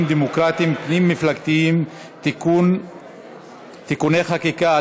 דמוקרטיים פנים-מפלגתיים (תיקוני חקיקה),